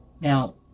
Now